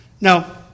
Now